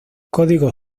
código